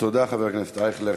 תודה, חבר הכנסת אייכלר.